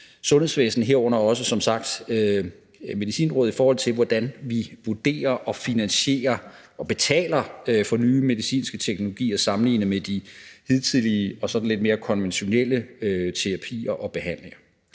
sundhedsvæsen, herunder også som sagt Medicinrådet, i forhold til hvordan vi vurderer og finansierer og betaler for nye medicinske teknologier sammenlignet med de hidtidige og sådan lidt mere konventionelle terapier og behandlinger.